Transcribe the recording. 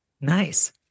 Nice